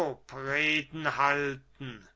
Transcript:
lobreden halten